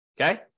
Okay